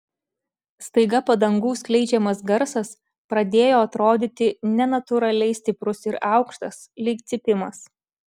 staiga padangų skleidžiamas garsas pradėjo atrodyti nenatūraliai stiprus ir aukštas lyg cypimas